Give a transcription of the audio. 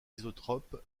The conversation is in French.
isotrope